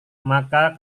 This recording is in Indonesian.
maka